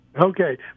Okay